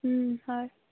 হয়